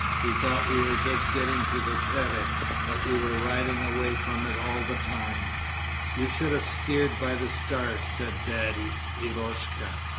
we thought we were just getting to the terek but we were riding away from it all the time you should have steered by the stars said daddy eroshka.